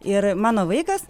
ir mano vaikas